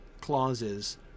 clauses